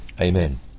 Amen